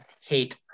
hate